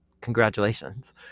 congratulations